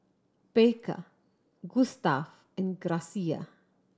Baker Gustav and Gracia